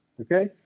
Okay